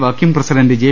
working president J